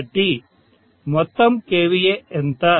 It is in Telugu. కాబట్టి మొత్తం kVA ఎంత